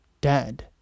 dead